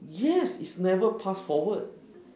yes it's never pass forward